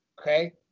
okay